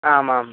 आमाम्